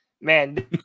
Man